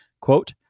quote